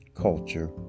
culture